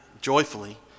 joyfully